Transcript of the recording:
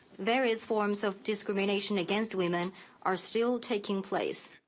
various forms of discrimination against women are still taking place.